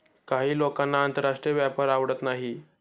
काही लोकांना आंतरराष्ट्रीय व्यापार आवडत नाही